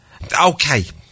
Okay